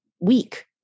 week